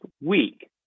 week